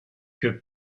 que